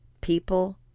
people